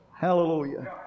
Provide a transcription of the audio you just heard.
Hallelujah